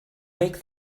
make